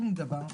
שום דבר.